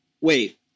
Wait